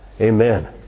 Amen